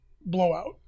blowout